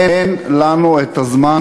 אין לנו את הזמן.